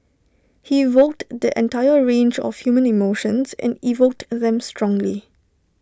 he evoked the entire range of human emotions and evoked them strongly